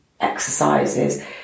exercises